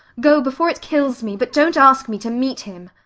go before it kills me but don't ask me to meet him.